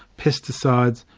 pesticides,